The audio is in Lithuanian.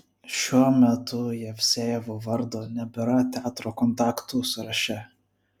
šiuo metu jevsejevo vardo nebėra teatro kontaktų sąraše